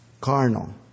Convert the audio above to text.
Carnal